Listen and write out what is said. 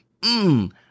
mmm